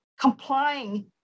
complying